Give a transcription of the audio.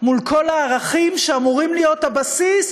מול כל הערכים שאמורים להיות הבסיס,